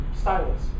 stylus